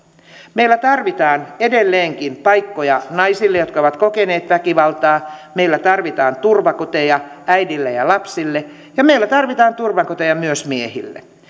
meillä tarvitaan edelleenkin paikkoja naisille jotka ovat kokeneet väkivaltaa meillä tarvitaan turvakoteja äideille ja lapsille ja meillä tarvitaan turvakoteja myös miehille